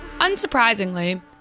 Unsurprisingly